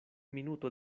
minuto